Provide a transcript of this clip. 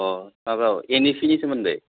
अ माबा N E P नि सोमोन्दै